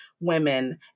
women